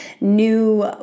new